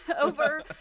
Over